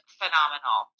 phenomenal